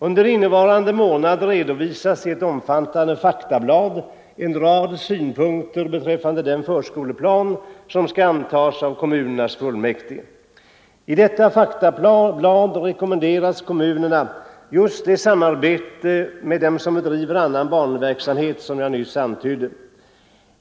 Under innevarande månad redovisas i ett omfattande faktablad en rad synpunkter beträffande den förskoleplan som skall antagas av kommunernas fullmäktige. I detta faktablad rekommenderas kommunerna just det samarbete med dem som bedriver annan barnverksamhet som jag nyss antydde.